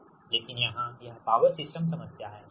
लेकिन यहाँ यह पॉवर सिस्टम समस्या है ठीक